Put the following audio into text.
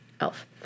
elf